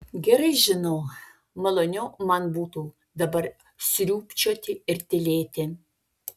gerai žinau maloniau man būtų dabar sriubčioti ir tylėti